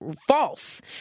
false